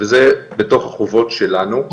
זה בתוך החובות שלנו.